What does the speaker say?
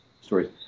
stories